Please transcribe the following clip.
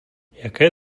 jaké